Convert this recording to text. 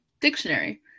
dictionary